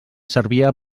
servia